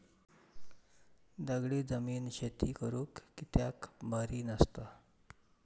दगडी जमीन शेती करुक कित्याक बरी नसता?